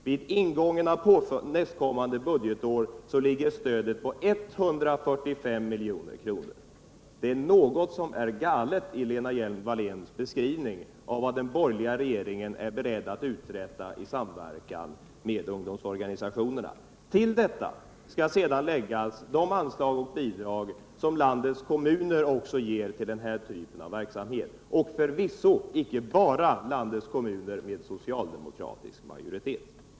Vid ingången av nästkommande budgetår ligger stödet på 145 milj.kr. Det är något som är galet i Lena Hjelm-Walléns beskrivning av vad den borgerliga regeringen är beredd att uträtta i samverkan med ungdomsorganisationerna. Till detta skall sedan läggas de anslag och bidrag som landets kommuner också ger till den här typen av verksamhet, och förvisso icke bara landets kommuner med socialdemokratisk majoritet.